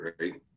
right